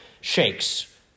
shakes